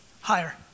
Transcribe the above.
Higher